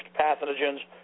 pathogens